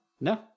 No